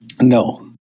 No